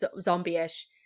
zombie-ish